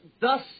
thus